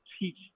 teach